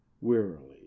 wearily